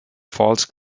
false